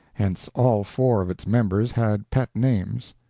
hence all four of its members had pet names,